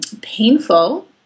painful